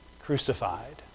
Crucified